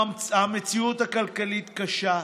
המציאות הכלכלית קשה,